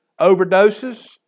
overdoses